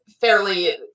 Fairly